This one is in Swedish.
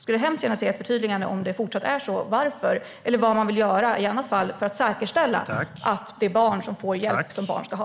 Om det fortfarande är så skulle jag gärna vilja ha ett förtydligande av varför och av vad man i annat fall vill göra för att säkerställa att det är barn som får den hjälp som barn ska ha.